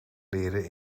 leren